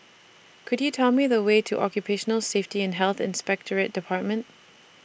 Could YOU Tell Me The Way to Occupational Safety and Health Inspectorate department